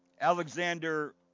Alexander